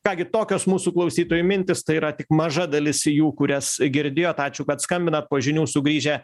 ką gi tokios mūsų klausytojų mintys tai yra tik maža dalis jų kurias girdėjot ačiū kad skambinat po žinių sugrįžę